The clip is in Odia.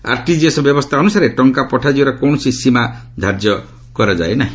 ଆର୍ଟିଜିଏସ୍ ବ୍ୟବସ୍ଥା ଅନୁସାରେ ଟଙ୍କା ପଠାଯିବାର କୌଣସି ସୀମା ଧାର୍ଯ୍ୟ କରାଯାଇ ନାହିଁ